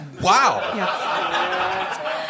wow